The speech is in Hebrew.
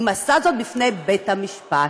אם עשה זאת בפני בית המשפט.